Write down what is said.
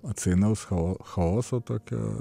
atsainaus chaoso chaoso tokio